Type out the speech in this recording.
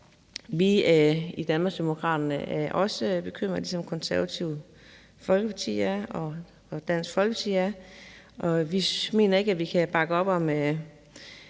er i Danmarksdemokraterne bekymrede, ligesom Det Konservative Folkeparti og Dansk Folkeparti er. Vi mener ikke, at vi kan bakke op om